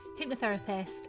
hypnotherapist